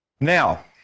Now